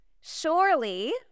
Surely